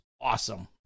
awesome